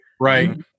Right